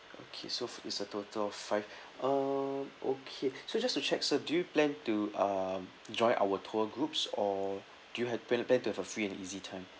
okay so it's a total of five uh okay so just to check sir do you plan to uh join our tour groups or do you have plan a plan to have a free and easy time